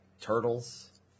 turtles